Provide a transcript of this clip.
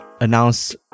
announce